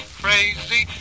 crazy